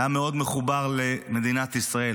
הוא היה מאוד מחובר למדינת ישראל,